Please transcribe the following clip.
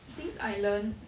things I learnt